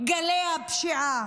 מגלי הפשיעה.